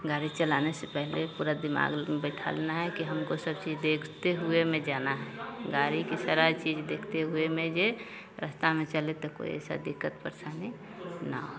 गाड़ी चलाने से पहले पूरा दिमाग बैठा लेना है कि हमको सब चीज देखते हुए में जाना है गाड़ी की सारा चीज देखते हुए में ये रास्ते में चले तो कोई ऐसा दिक्कत परेशानी ना हो